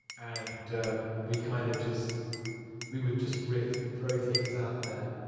and we kind of just we would just riff and throw things out there.